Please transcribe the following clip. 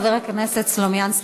חבר הכנסת סלומינסקי.